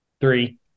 Three